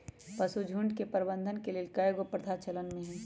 पशुझुण्ड के प्रबंधन के लेल कएगो प्रथा चलन में हइ